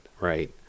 Right